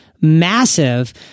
massive